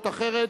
אות אחרת.